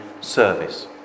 service